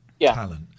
talent